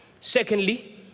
Secondly